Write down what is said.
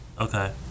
okay